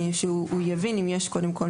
שהוא קודם כל יבין אם יש מכסה.